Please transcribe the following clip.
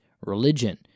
religion